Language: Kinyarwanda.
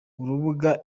urubuga